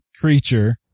creature